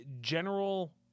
general